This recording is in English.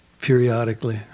periodically